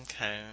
Okay